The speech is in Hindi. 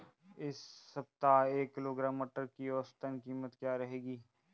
इस सप्ताह एक किलोग्राम मटर की औसतन कीमत क्या रहेगी?